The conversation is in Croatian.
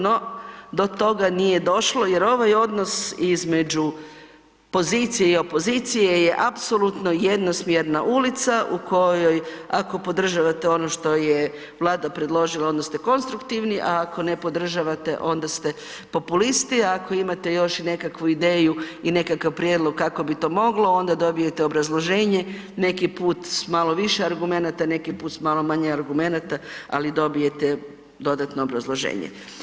No, do toga nije došlo jer ovaj odnos između pozicije i opozicije je apsolutno jednosmjerna ulica u kojoj ako podržavate ono što je Vlada predložila onda ste konstruktivni, a ako ne podržavate onda ste populisti, a ako imate i još nekakvu ideju i još nekakav prijedlog kako bi to moglo onda dobijete obrazloženje neki put s malo više argumenata, neki put s malo manje argumenata ali dobijete dodatno obrazloženje.